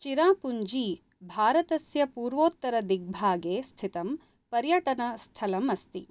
चिरापुञ्जी भारतस्य पूर्वोत्तरदिग्भागे स्थितं पर्यटनस्थलम् अस्ति